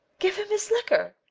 give him his liquor?